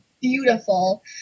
beautiful